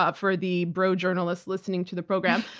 ah for the bro journalists listening to the program.